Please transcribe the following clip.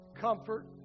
comfort